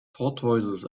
tortoises